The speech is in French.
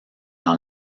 dans